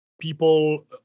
people